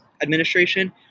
administration